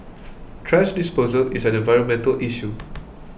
thrash disposal is an environmental issue